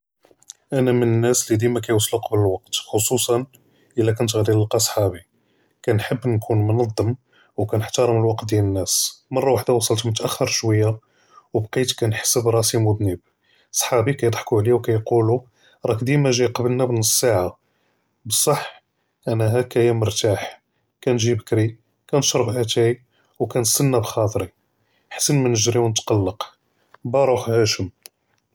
אָנָא מִן נָאס לִי דִימַא קְיוֹסְלוֹ קְבַּל הַוְקְת חְחוּṣְṣַא אִלָא כּוֹנְת עַדִי נִלְקַא Ṣְחָבִּי כַּנְחַב נְכוּן מְנוּצָם וְכַנְחְתֶרֶם הַוְקְת דְיָאל נָאס מַרָה וְחִדָה וְصָלַת מְתְאַחֵר שְוַיָּה וּבְקִית כַּנְחֵס בְרַאסִי מְזַנֵּב Ṣְחָבִּי קִידְחְקוּ עַלַיַא וּקִידְקוּ רַאק דִימַא גַאי קְבַּלְנָא בְּנְצ סַעַה בְּصَّח אָנָא הֲכַיָא מְרְתַاح כַּנְגִ'י בְּקְרִי כַּנְשְרַב אַטַאי וְכַנְסְנַא בְּחַאטְרִי אֻحְסַן מִן נַגְרִי וְנִתְקַלַק בָּרוּחְהַשְמ.